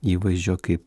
įvaizdžio kaip